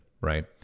right